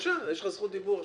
בבקשה, יש לך זכות דיבור עכשיו.